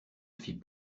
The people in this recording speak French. fit